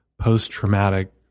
post-traumatic